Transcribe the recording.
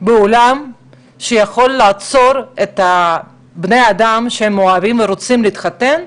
בעולם שיכול לעצור את בני האדם שמאוהבים ורוצים להתחתן,